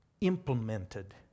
implemented